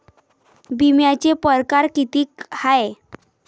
बिम्याचे परकार कितीक हाय?